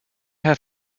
have